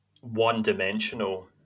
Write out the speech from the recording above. one-dimensional